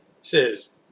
says